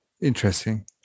Interesting